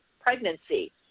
pregnancy